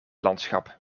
landschap